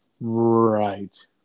Right